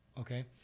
okay